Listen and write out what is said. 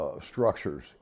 structures